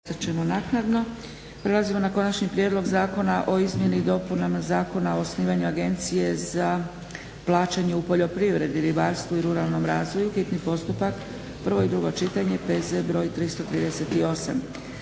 Dragica (SDP)** Prelazimo na - Konačni prijedlog zakona o izmjeni i dopunama Zakona o osnivanju Agencije za plaćanja u poljoprivredi, ribarstvu i ruralnom razvoju, hitni postupak, prvo i drugo čitanje, P.Z. br. 338.